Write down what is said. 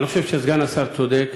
אני חושב שסגן השר צודק,